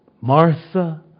Martha